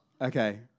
Okay